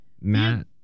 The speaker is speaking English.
Matt